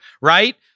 right